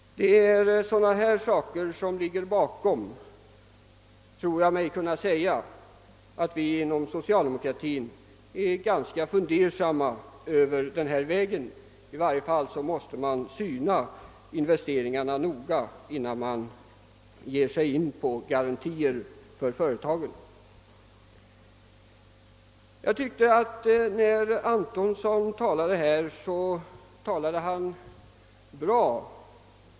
Det är sådana omständigheter som är bakgrunden, tror jag mig kunna säga, till att vi inom socialdemokratin är ganska fundersamma i fråga om huruvida denna väg är så lämplig. I varje fall måste man syna investeringarna noga, innan man ger sig in på garantier för företagen. Jag tyckte herr Antonssons anförande var bra.